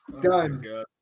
Done